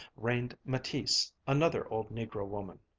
reigned mattice, another old negro woman,